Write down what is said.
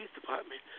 department